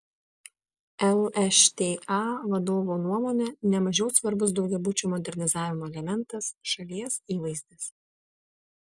lšta vadovo nuomone ne mažiau svarbus daugiabučių modernizavimo elementas šalies įvaizdis